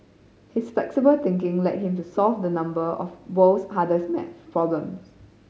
his flexible thinking led him to solve a number of world's hardest math problems